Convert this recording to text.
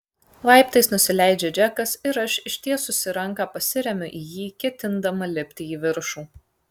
laiptais nusileidžia džekas ir aš ištiesusi ranką pasiremiu į jį ketindama lipti į viršų